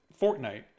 Fortnite